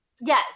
yes